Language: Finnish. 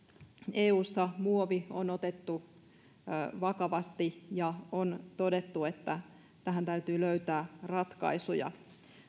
eussa muovi on otettu vakavasti ja on todettu että tähän täytyy löytää ratkaisuja